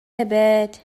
эбээт